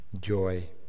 joy